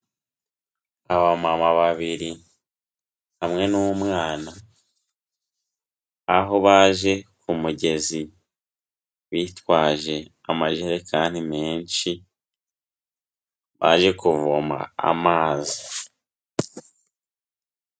Abamama babiri, hamwe n'umwana, aho baje ku mugezi, bitwaje amajerekani menshi, baje kuvoma amazi.